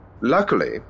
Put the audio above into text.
Luckily